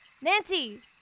Nancy